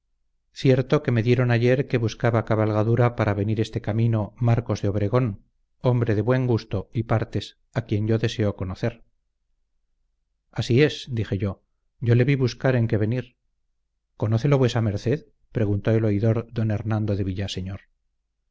cierto que me dijeron ayer que buscaba cabalgadura para venir este camino marcos de obregón hombre de buen gusto y partes a quien yo deseo conocer así es dije yo yo le vi buscar en que venir conócelo vuesa merced preguntó el oidor d hernando de villaseñor